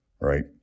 right